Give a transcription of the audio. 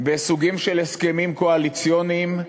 בסוגים של הסכמים קואליציוניים,